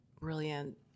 brilliant